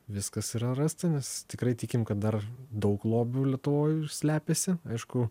viskas yra rasta nes tikrai tikim kad dar daug lobių lietuvoj slepiasi aišku